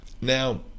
now